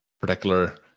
particular